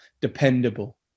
dependable